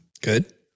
Good